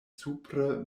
supre